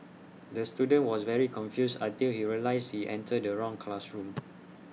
the student was very confused until he realised he entered the wrong classroom